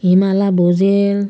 Hemala Bhujel